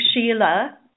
Sheila